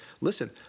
listen